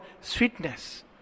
sweetness